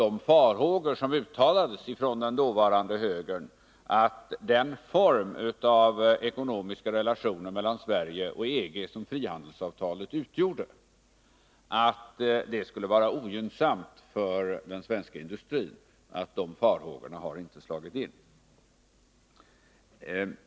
De farhågor som uttalades från den dåvarande högern, att den form av ekonomiska relationer mellan Sverige och EG som frihandelsavtalet utgjorde skulle vara ogynnsam för den svenska industrin, har inte slagit in.